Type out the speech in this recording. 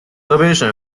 河北省